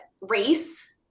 race